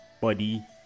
body